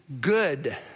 good